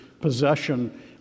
possession